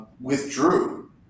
withdrew